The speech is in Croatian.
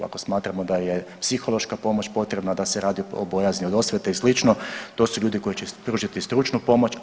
Ako smatramo da je psihološka pomoć potrebna da se radi o bojazni od osvete i slično to su ljudi koji će pružati stručnu pomoć.